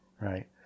Right